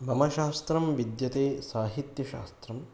मम शास्त्रं विद्यते साहित्यशास्त्रम्